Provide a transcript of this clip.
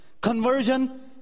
conversion